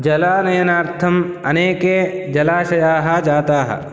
जलानयनार्थम् अनेके जलाशयाः जाताः